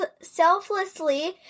selflessly